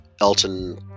Elton